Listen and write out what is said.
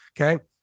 Okay